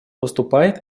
выступает